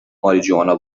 ماریجوانا